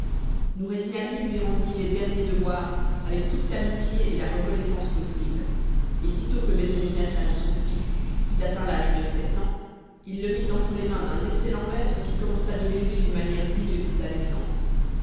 noureddin ali lui rendit les derniers devoirs avec toute l'amitié et la reconnaissance possibles et sitôt que bedreddin hassan son fils eut atteint l'âge de sept ans il le mit entre les mains d'un excellent maître qui commença de l'élever d'une manière digne de sa naissance